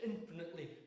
infinitely